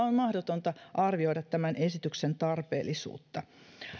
on mahdotonta arvioida tämän esityksen tarpeellisuutta